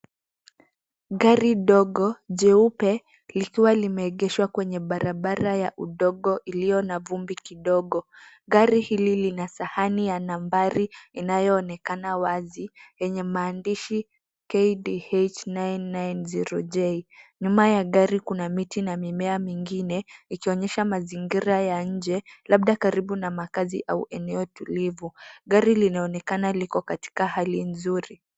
Gari ndogo jeupe likiwa limeegeshwa kwenye barabara ya udongo ulio na vumbi kidogo. Gari hili lina sahani ya nambari inayonekana wazi enye maandishi KDH 990J. Nyuma ya gari kuna miti na mimea mengine ikionesha mazingira ya nje labda karibu na makazi au eneo tulivu. Gari linaonekana liko katika hali nzuri.